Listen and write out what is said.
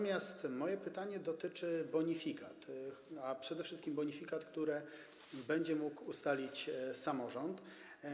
Moje pytanie dotyczy bonifikat, przede wszystkim tych bonifikat, które będzie mógł ustalić samorząd.